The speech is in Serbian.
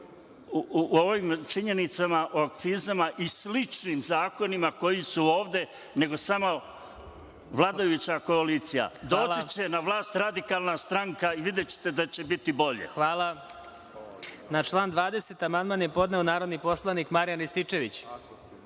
u ovim činjenicama o akcizama i sličnim zakonima koji su ovde, nego samo vladajuća koalicija? Doći će na vlast radikalna stranka i videćete da će biti bolje. **Vladimir Marinković** Hvala. Na član 20. amandman je podneo narodni poslanik Marijan Rističević. Izvolite,